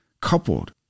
coupled